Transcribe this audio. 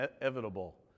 inevitable